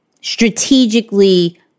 strategically